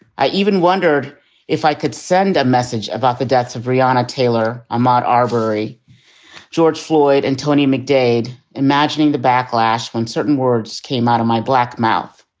i even wondered if i could send a message about the deaths of rihanna, taylor and um um ah marbury. george floyd and tony mcdaid imagining the backlash when certain words came out of my black mouth.